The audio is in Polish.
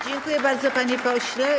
Dziękuję bardzo, panie pośle.